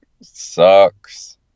sucks